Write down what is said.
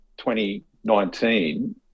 2019